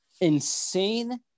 insane